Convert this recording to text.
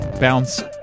bounce